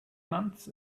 months